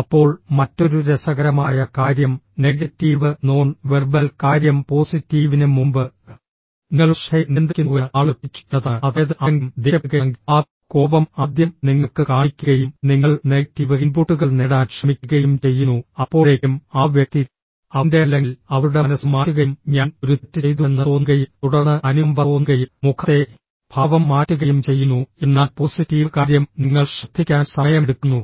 അപ്പോൾ മറ്റൊരു രസകരമായ കാര്യം നെഗറ്റീവ് നോൺ വെർബൽ കാര്യം പോസിറ്റീവിന് മുമ്പ് നിങ്ങളുടെ ശ്രദ്ധയെ നിയന്ത്രിക്കുന്നുവെന്ന് ആളുകൾ പഠിച്ചു എന്നതാണ് അതായത് ആരെങ്കിലും ദേഷ്യപ്പെടുകയാണെങ്കിൽ ആ കോപം ആദ്യം നിങ്ങൾക്ക് കാണിക്കുകയും നിങ്ങൾ നെഗറ്റീവ് ഇൻപുട്ടുകൾ നേടാൻ ശ്രമിക്കുകയും ചെയ്യുന്നു അപ്പോഴേക്കും ആ വ്യക്തി അവന്റെ അല്ലെങ്കിൽ അവളുടെ മനസ്സ് മാറ്റുകയും ഞാൻ ഒരു തെറ്റ് ചെയ്തുവെന്ന് തോന്നുകയും തുടർന്ന് അനുകമ്പ തോന്നുകയും മുഖത്തെ ഭാവം മാറ്റുകയും ചെയ്യുന്നു എന്നാൽ പോസിറ്റീവ് കാര്യം നിങ്ങൾ ശ്രദ്ധിക്കാൻ സമയമെടുക്കുന്നു